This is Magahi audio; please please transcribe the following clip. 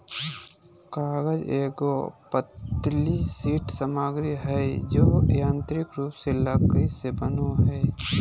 कागज एगो पतली शीट सामग्री हइ जो यांत्रिक रूप से लकड़ी से बनो हइ